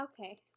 Okay